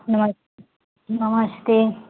नमस नमस्ते